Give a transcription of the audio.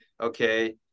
okay